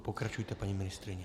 Pokračujete, paní ministryně.